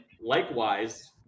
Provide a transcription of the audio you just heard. likewise